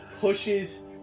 pushes